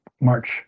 March